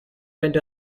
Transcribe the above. went